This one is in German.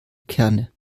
kerne